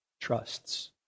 trusts